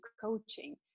coaching